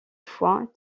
fois